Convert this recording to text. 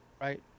right